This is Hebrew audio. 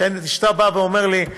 כשאתה אומר לי: